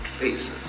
faces